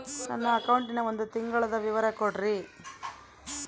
ನನ್ನ ಅಕೌಂಟಿನ ಒಂದು ತಿಂಗಳದ ವಿವರ ಕೊಡ್ರಿ?